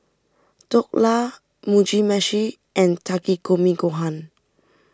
Dhokla Mugi Meshi and Takikomi Gohan